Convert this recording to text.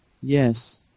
yes